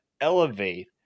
elevate